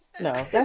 No